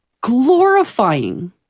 glorifying